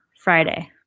Friday